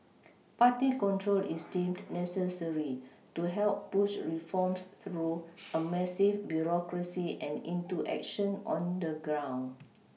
party control is deemed necessary to help push reforms through a massive bureaucracy and into action on the ground